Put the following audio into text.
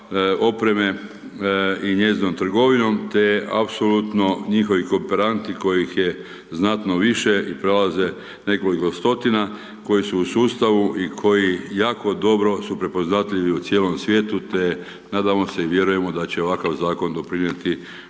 opreme i njezinom trgovinom, te apsolutno njihovih kooperanti kojih je znatno više i prelaze nekoliko stotina, koji su u sustavu i koji su jako dobro prepoznatljivi u cijelom svijetu, te nadamo se i vjerujemo da će ovakav zakon doprinijeti